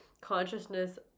consciousness